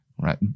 right